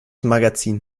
magazin